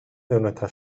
nuestra